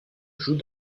joue